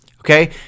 okay